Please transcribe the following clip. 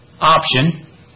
option